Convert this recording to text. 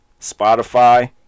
Spotify